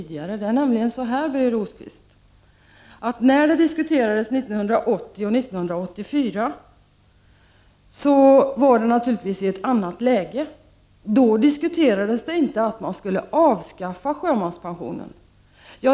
Det är nämligen så, Birger Rosqvist, att när frågan diskuterades 1980 och 1984, fördes diskussionen naturligtvis i ett annat läge. Då diskuterades inte ett förslag om att man skulle avskaffa sjömanspensionen.